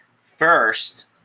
First